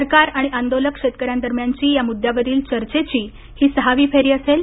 सरकार आणि आंदोलक शेतक यांदरम्यानची या मुद्यावरील चर्चेची ही सहावी फेरी असेल